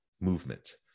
movement